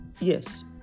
yes